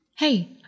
Hey